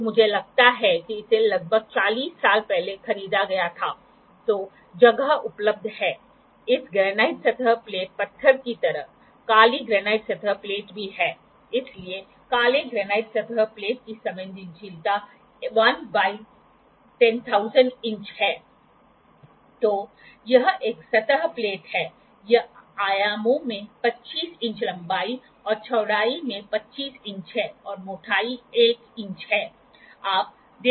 तो मान लें कि यह सकारात्मक है और फिर तीर इस ओर है तो यह नकारात्मक है तो 45 माइनस 3 जो 42 है और फिर यहाँ हम ३० डिग्री ३० मिनट लेने की कोशिश करते हैं और फिर हम ५ मिनट भी लेते हैं दोनों एक ही दिशा में हैं इसलिए हमें ३५ मिलते हैं और फिर हम २० मिनट भी लेते हैं